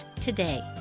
today